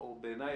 בעיניי,